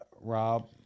Rob